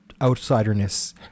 outsiderness